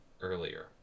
earlier